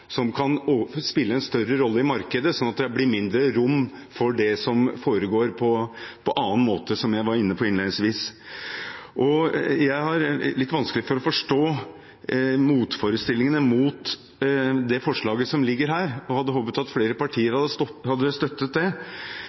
som kan spille en større rolle i markedet, slik at det blir mindre rom for det som foregår på annen måte, som jeg var inne på innledningsvis. Jeg har litt vanskelig for å forstå motforestillingene mot det forslaget som ligger her. Jeg hadde håpet at flere partier hadde støttet det.